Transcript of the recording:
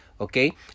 Okay